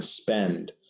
spend